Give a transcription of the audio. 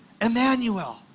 Emmanuel